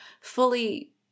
fully